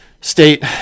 state